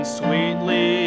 sweetly